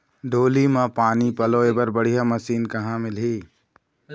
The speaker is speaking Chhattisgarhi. डोली म पानी पलोए बर बढ़िया मशीन कहां मिलही?